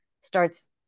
starts